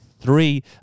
three